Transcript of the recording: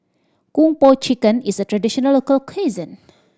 Kung Po Chicken is a traditional local cuisine